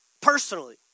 personally